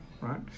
right